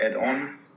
add-on